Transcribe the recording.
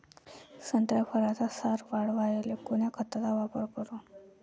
संत्रा फळाचा सार वाढवायले कोन्या खताचा वापर करू?